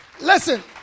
Listen